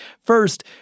First